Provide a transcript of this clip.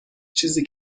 چیزی